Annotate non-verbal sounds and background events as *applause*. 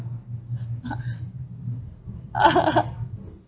*laughs*